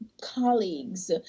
colleagues